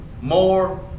more